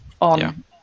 on